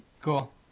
Cool